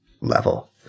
level